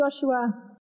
Joshua